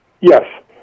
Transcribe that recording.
Yes